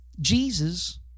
Jesus